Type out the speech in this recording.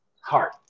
heart